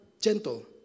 gentle